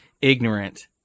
ignorant